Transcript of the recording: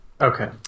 Okay